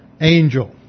angel